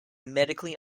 medically